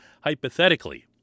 hypothetically